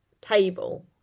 table